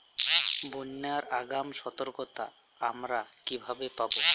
বন্যার আগাম সতর্কতা আমরা কিভাবে পাবো?